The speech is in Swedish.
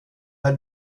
här